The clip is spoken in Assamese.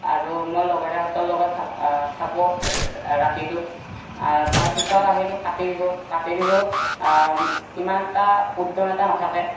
আৰু মই লগৰীয়াহঁতৰ লগত থা থাকোঁ ৰাতিটো তাৰপিছত আহিল কাতি বিহু কাতি বিহুত ইমান এটা উদ্য়ম এটা নাথাকে